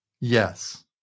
Yes